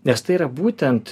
nes tai yra būtent